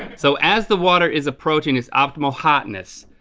so as the water is approaching its optimal hotness,